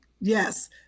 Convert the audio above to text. yes